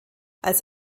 als